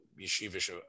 yeshivish